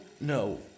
no